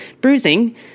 bruising